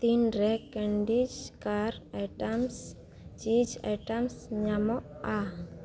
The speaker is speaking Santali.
ᱛᱤᱱᱨᱮ ᱠᱮᱱᱰᱤᱥ ᱠᱟᱨ ᱟᱭᱴᱮᱢᱥ ᱪᱤᱪ ᱟᱭᱴᱮᱢᱥ ᱧᱟᱢᱚᱜᱼᱟ